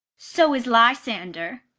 so is lysander.